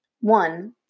one